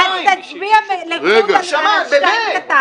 אז תצביע לחוד על סעיף (2) -- נשמה, באמת.